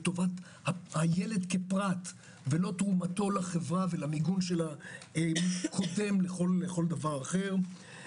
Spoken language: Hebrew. וטובת הילד כפרט ולא תרומתו לחברה ולמיגון שלה קודם לכל דבר אחר.